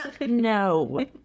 No